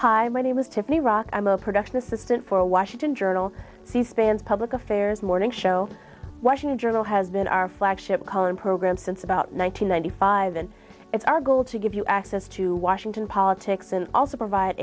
hi my name is tip me rock i'm a production assistant for a washington journal c span public affairs morning show washington journal has been our flagship call in program since about one thousand nine hundred five and it's our goal to give you access to washington politics and also provide